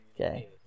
Okay